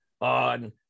on